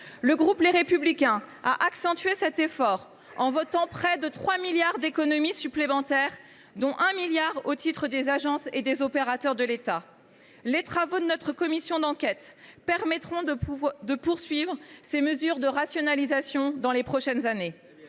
Le groupe Les Républicains a accentué cet effort en votant près de 3 milliards d’euros d’économies supplémentaires, dont 1 milliard au titre des agences et des opérateurs de l’État. Les travaux de la commission d’enquête demandée par notre groupe permettront de poursuivre ces mesures de rationalisation dans les prochaines années.